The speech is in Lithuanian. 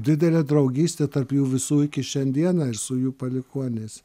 didelė draugystė tarp jų visų iki šiandieną ir su jų palikuoniais